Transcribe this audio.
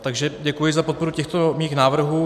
Takže děkuji za podporu těchto mých návrhů.